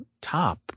top